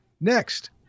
Next